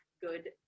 good